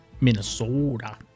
Minnesota